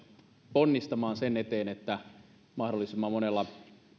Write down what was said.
ponnistamaan sen eteen että mahdollisimman monella